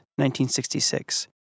1966